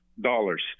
dollars